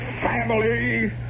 family